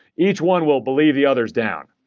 each one will believe the other is down.